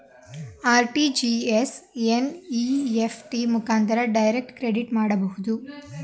RTGS, NEFT ಮುಖಾಂತರ direct credit ಮಾಡಬಹುದು